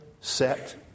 set